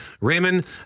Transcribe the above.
Raymond